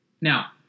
Now